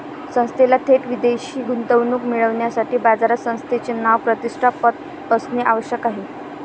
संस्थेला थेट विदेशी गुंतवणूक मिळविण्यासाठी बाजारात संस्थेचे नाव, प्रतिष्ठा, पत असणे आवश्यक आहे